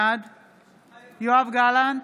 בעד יואב גלנט,